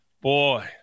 Boy